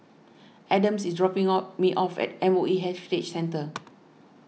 Adams is dropping off me off at M O E Heritage Centre